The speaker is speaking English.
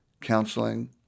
counseling